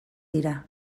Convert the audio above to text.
dira